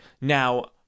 Now